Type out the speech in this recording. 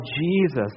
Jesus